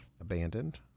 Abandoned